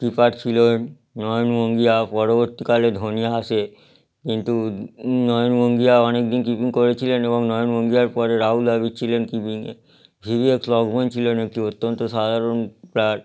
keeper ছিলেন নয়ন মোঙ্গিয়া পরিবর্তীকালে ধোনি আসে কিন্তু নয়ন মোঙ্গিয়া অনেক দিন কিপিং করেছিলেন এবং নয়ন মোঙ্গিয়ার পরে রাহুল দ্রাবিড় ছিলেন কিপিংয়ে ভিভিএস লক্ষ্মণ ছিলেন একটি অত্যন্ত সাধারণ প্লেয়ার